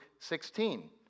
16